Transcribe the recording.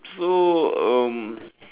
so um